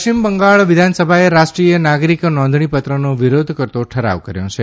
પશ્ચિમ બંગાળ વિધાનસભાએ રાષ્ટ્રીય નાગરિક નોંધણીપત્રકનો વિરોધ કરતો ઠરાવ કર્યો છે